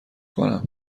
کنم